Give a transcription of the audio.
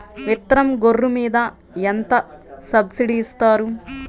విత్తనం గొర్రు మీద ఎంత సబ్సిడీ ఇస్తారు?